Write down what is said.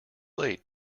late